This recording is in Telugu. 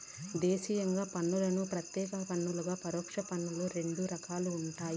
దేశీయంగా పన్నులను ప్రత్యేక పన్నులు, పరోక్ష పన్నులని రెండు రకాలుండాయి